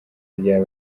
rya